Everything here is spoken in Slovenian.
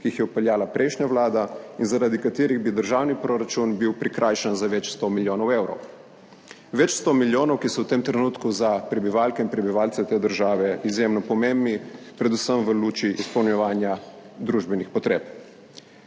ki jih je vpeljala prejšnja vlada in zaradi katerih bi bil državni proračun prikrajšan za več 100 milijonov evrov, več 100 milijonov, ki so v tem trenutku za prebivalke in prebivalce te države izjemno pomembni, predvsem v luči izpolnjevanja družbenih potreb.